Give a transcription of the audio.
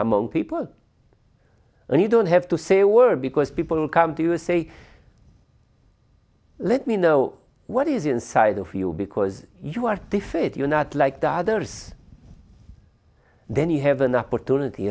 among people and you don't have to say a word because people come to say let me know what is inside of you because you are defeated you are not like the others then you have an opportunity